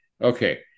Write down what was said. okay